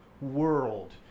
world